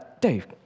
Dave